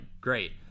great